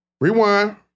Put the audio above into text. Rewind